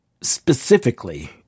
specifically